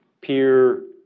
peer